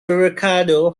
ricardo